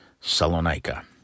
Salonika